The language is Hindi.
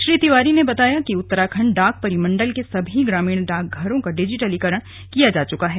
श्री तिवारी ने बताया कि उत्तराखंड डाक परिमंडल के सभी ग्रामीण डाकघरों का डिजीटलीकरण किया जा चुका है